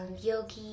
yogi